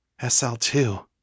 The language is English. SL2